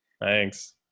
Thanks